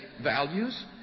values